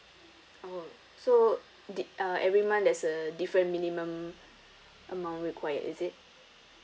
oh so di~ uh every month there's a different minimum amount required is it